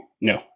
No